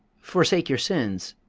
forsake your sins,